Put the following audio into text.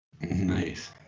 Nice